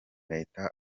reta